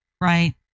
Right